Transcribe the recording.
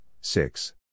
six